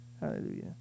Hallelujah